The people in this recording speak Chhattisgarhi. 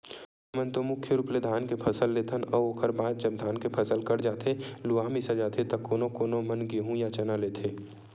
हमन तो मुख्य रुप ले धान के फसल लेथन अउ ओखर बाद जब धान के फसल कट जाथे लुवा मिसा जाथे त कोनो कोनो मन गेंहू या चना लेथे